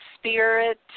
spirit